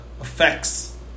effects